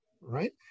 right